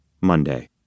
Monday